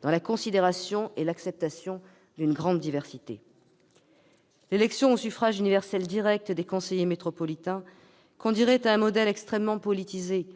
prise en considération et l'acceptation d'une grande diversité. L'élection au suffrage universel direct des conseillers métropolitains conduirait à un modèle extrêmement politisé,